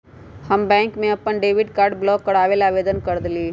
हम बैंक में अपन डेबिट कार्ड ब्लॉक करवावे ला आवेदन कर देली है